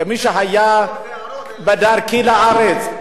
כמי שהיה בדרכו לארץ,